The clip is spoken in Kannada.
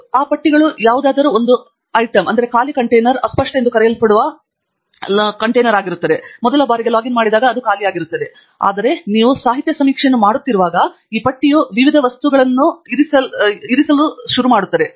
ಮತ್ತು ಆ ಪಟ್ಟಿಗಳು ಯಾವುದಾದರೂ ಒಂದು ಐಟಂ ಖಾಲಿ ಕಂಟೇನರ್ ಅಸ್ಪಷ್ಟ ಎಂದು ಕರೆಯಲ್ಪಡುವ ನಾವು ಮೊದಲ ಬಾರಿಗೆ ಲಾಗಿನ್ ಆಗಿರುವಾಗ ಅದು ಖಾಲಿಯಾಗಿರುತ್ತದೆ ಆದರೆ ನೀವು ಸಾಹಿತ್ಯ ಸಮೀಕ್ಷೆಯನ್ನು ಮಾಡುತ್ತಿರುವಾಗ ಈ ಪಟ್ಟಿಯು ವಿವಿಧ ವಸ್ತುಗಳ ಮೂಲಕ ಇರಿಸಲ್ಪಡುತ್ತದೆ